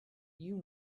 you